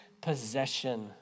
possession